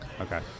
Okay